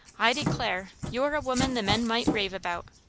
i declare, you're a woman the men might rave about.